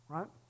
Right